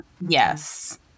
Yes